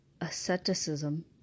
asceticism